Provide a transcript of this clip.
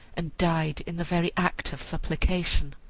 and died in the very act of supplication!